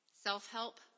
self-help